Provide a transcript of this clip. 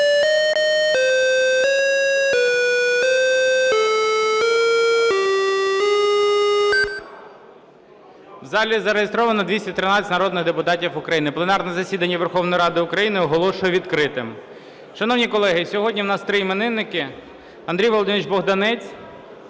В залі зареєстровано 213 народних депутатів України. Пленарне засідання Верховної Ради України оголошую відкритим. Шановні колеги, сьогодні у нас три іменинники: Андрій Володимирович Богданець,